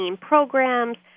programs